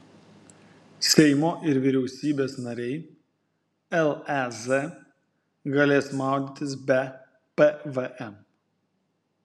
seimo ir vyriausybės nariai lez galės maudytis be pvm